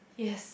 yes